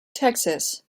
texas